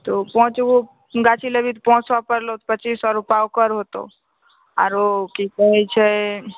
तऽ ओ पाँच गो गाछ लेबही तऽ पाँच सए परलौ तऽ पच्चीस सए रूपा ओकर होतौ आरो की कहै छै